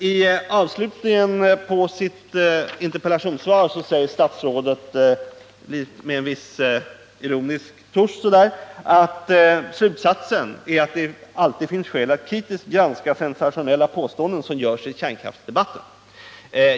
I avslutningen på sitt interpellationssvar säger statsrådet med en viss ironisk touche att slutsatsen blir att ”det alltid finns skäl att kritiskt granska sensationella påståenden som görs i kärnkraftsdebatten”.